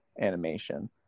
animation